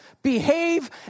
Behave